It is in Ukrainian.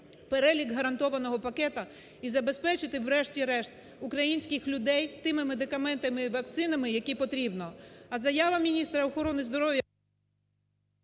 перелік гарантованого пакету і забезпечити врешті-решт українських людей тими медикаментами і вакцинами, які потрібно.